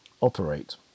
operate